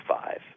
five